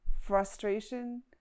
frustration